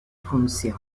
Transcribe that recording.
función